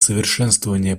совершенствование